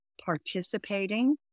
participating